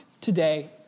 today